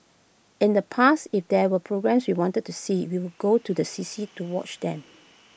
in the past if there were programmes we wanted to see we would go to the C C to watch them